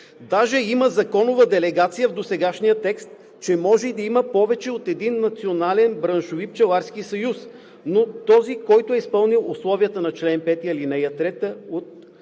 даже има законова делегация в досегашния текст, че може да има и повече от един национален браншови пчеларски съюз. Но този, който е изпълнил условията на чл. 5, ал. 3 от